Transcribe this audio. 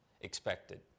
expected